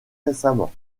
récemment